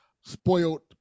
spoiled